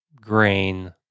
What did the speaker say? grain